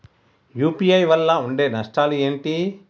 UPI వల్ల ఉండే నష్టాలు ఏంటి??